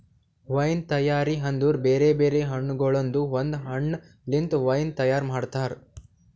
wine ತೈಯಾರಿ ಅಂದುರ್ ಬೇರೆ ಬೇರೆ ಹಣ್ಣಗೊಳ್ದಾಂದು ಒಂದ್ ಹಣ್ಣ ಲಿಂತ್ ವೈನ್ ತೈಯಾರ್ ಮಾಡ್ತಾರ್